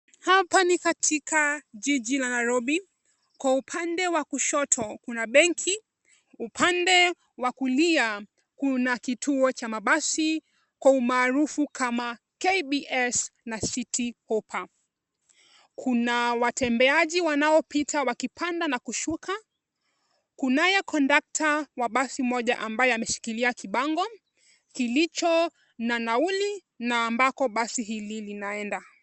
Hapa ni katika jiji la Nairobi. Kwa upande wa kushoto kuna benki, upande wa kulia kuna kituo cha mabasi kwa umaarufu kama KBS na City Hoppa. Kuna watembeaji wanaopita wakipanda na kushuka. Kunaye kondakta wa basi moja ambaye ameshikilia kibango kilicho na nauli na ambako basi hili linaenda.